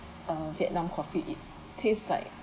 uh vietnam coffee it tastes like